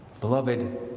Beloved